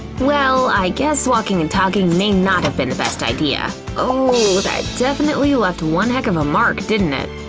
well, i guess walking and talking may not have been the best idea. ooh! that definitely left one heck of a mark, didn't it?